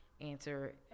answer